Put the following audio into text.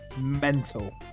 mental